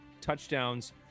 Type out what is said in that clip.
touchdowns